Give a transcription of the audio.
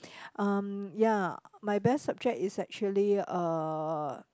um ya my best subject is actually uh